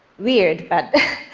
weird, but